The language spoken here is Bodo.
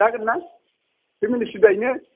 जागोन ना फेमिलि सुददायैनो